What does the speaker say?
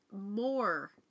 more